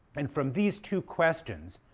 and from these two questions,